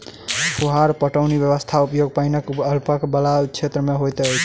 फुहार पटौनी व्यवस्थाक उपयोग पाइनक अल्पता बला क्षेत्र मे होइत अछि